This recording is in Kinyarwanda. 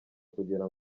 kugira